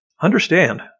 Understand